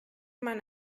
man